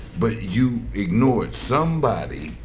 but you ignore it. somebody,